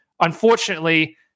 Unfortunately